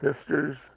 sisters